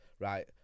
Right